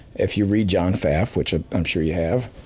if you read john fath, which ah i'm sure you have,